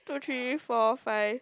two three four five